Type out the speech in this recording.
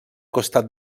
costat